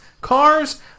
cars